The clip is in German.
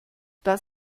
das